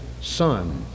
son